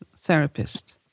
therapist